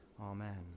Amen